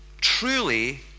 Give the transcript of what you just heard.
truly